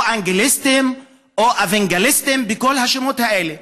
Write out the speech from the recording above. האנגליסטים או האוונגליסטים וכל השמות האלה.